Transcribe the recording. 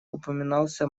упоминался